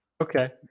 Okay